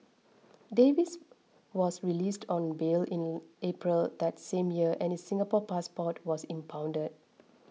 Davies was released on bail in April that same year and his Singapore passport was impounded